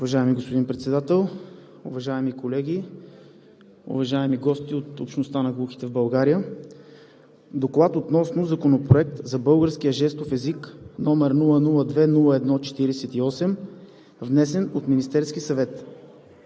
Уважаеми господин Председател, уважаеми колеги, уважаеми гости от общността на глухите в България! „ДОКЛАД относно Законопроект за българския жестов език, № 002-01-48, внесен от Министерския съвет